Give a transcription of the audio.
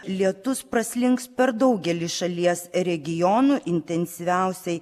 lietus praslinks per daugelį šalies regionų intensyviausiai